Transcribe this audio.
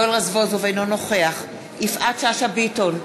אינו נוכח יפעת שאשא ביטון,